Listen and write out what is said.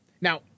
Now